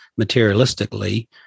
materialistically